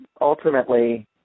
ultimately